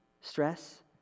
stress